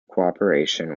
cooperation